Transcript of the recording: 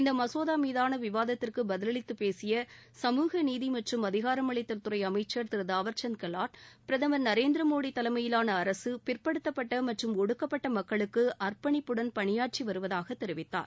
இந்த மசோதா மீதான விவாதத்திற்கு பதிலளித்து பேசிய சமூகநீதி மற்றும் அதிகாரமளித்தல்துறை அமைச்சர் திரு தாவர்சந்த் கெலாட் பிரதமர் திரு நரேந்திர மோடி தலைமையிலாள அரசு பிற்படுத்தப்பட்ட மற்றும் ஒடுக்கப்பட்ட மக்களுக்கு அர்பணிப்புடன் பணியாற்றி வருவதாக தெரிவித்தார்